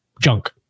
junk